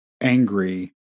angry